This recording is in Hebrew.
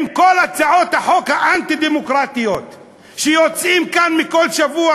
עם כל הצעות החוק האנטי-דמוקרטיות שיוצאות כאן כל שבוע,